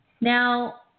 Now